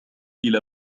إلى